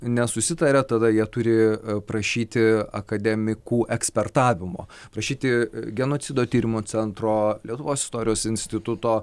nesusitaria tada jie turi prašyti akademikų ekspertavimo prašyti genocido tyrimo centro lietuvos istorijos instituto